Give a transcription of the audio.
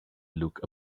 look